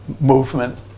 movement